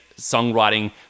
songwriting